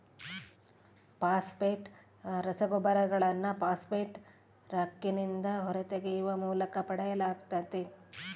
phosphate ರಸಗೊಬ್ಬರಗಳನ್ನು phosphate ರಾಕ್ನಿಂದ ಹೊರತೆಗೆಯುವ ಮೂಲಕ ಪಡೆಯಲಾಗ್ತತೆ